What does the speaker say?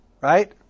Right